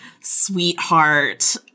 sweetheart